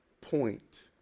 point